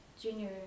junior